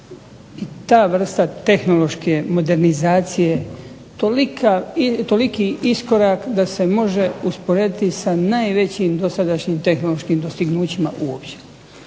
ta vrsta tehnološke modernizacije toliki iskorak da se može usporediti sa najvećim tehnološkim dostignućima uopće.